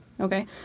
Okay